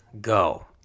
go